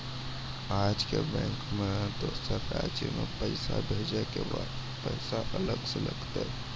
आजे के बैंक मे दोसर राज्य मे पैसा भेजबऽ पैसा अलग से लागत?